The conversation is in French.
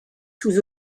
sous